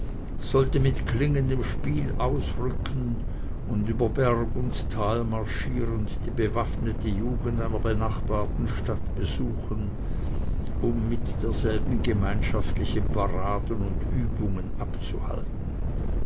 sollte mit klingendem spiel ausrücken und über berg und tal marschierend die bewaffnete jugend einer benachbarten stadt besuchen um mit derselben gemeinschaftliche paraden und übungen abzuhalten